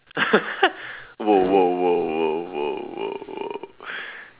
!whoa! !whoa! !whoa! !whoa! !whoa! !whoa! !whoa!